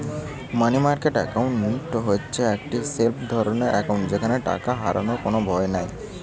মানি market account হচ্ছে একটি safe রকমের একাউন্ট যেখানে টাকা হারাবার কোনো ভয় নাই